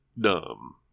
dumb